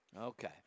Okay